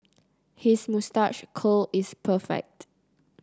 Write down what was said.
his moustache curl is perfect